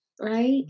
right